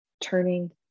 turning